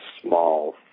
small